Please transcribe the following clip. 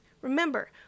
remember